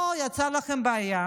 פה יצאה לכם בעיה